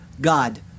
God